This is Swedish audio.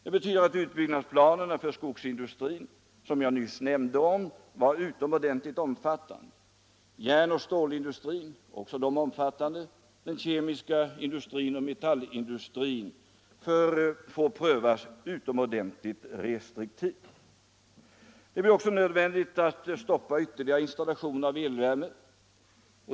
Det betyder att utbyggnadsplanerna för skogsindustrin, vilka som jag nyss nämnde är utomordentligt omfattande, för järnoch stålindustrin — också deras utbyggnadsplaner är omfattande — och för den kemiska industrin och metallindustrin får prövas utomordentligt restriktivt. Det blir också nödvändigt att stoppa ytterligare installationer av elvärme.